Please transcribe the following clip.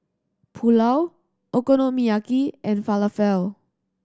Pulao Okonomiyaki and Falafel